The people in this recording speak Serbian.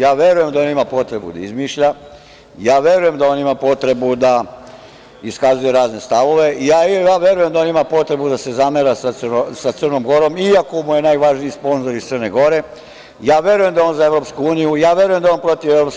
Ja verujem da on ima potrebu da izmišlja, ja verujem da on ima potrebu da iskazuje razne stavove, ja verujem da on ima potrebu da se zamera sa Crnom Gorom, iako mu je najvažniji sponzor iz Crne Gore, ja verujem da je on za EU, ja verujem da je on protiv EU,